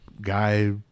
guy